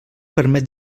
permet